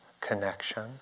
connection